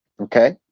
Okay